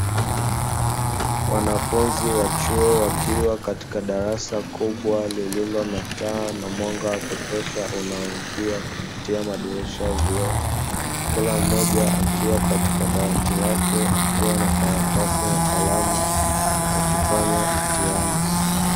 Wanafunzi wa chuo wakiwa katika darasa kubwa lililo na taa na mwanga wa kutosha unaoingia kupitia madirisha ya vioo. Kila mmoja akiwa katika dawati lake akiwa na karatasi na kalamu akifanya mtihani.